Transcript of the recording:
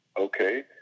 okay